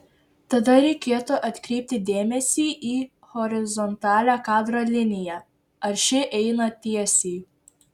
tada reikėtų atkreipti dėmesį į horizontalią kadro liniją ar ši eina tiesiai